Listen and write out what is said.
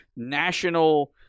national